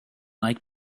like